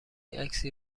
عکسی